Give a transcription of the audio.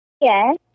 Yes